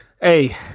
Hey